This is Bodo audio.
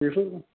बेखौ